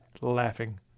laughing